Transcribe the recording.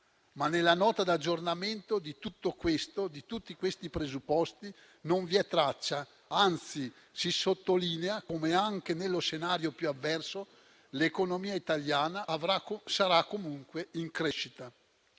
Ma nella Nota di aggiornamento di tutti questi presupposti non vi è traccia; anzi, si sottolinea come anche nello scenario più avverso l'economia italiana sarà comunque in crescita.